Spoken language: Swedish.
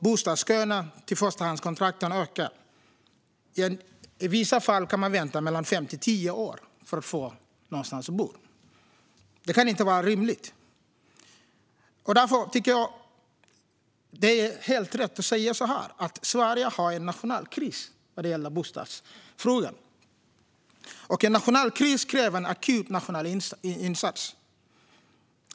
Bostadsköerna till förstahandskontrakt ökar; i vissa fall kan man få vänta mellan fem och tio år för att få någonstans att bo. Det kan inte vara rimligt. Därför tycker jag att det är helt rätt att säga så här: Sverige har en nationell kris när det gäller bostadsfrågan. En nationell kris kräver en akut nationell insats.